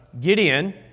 Gideon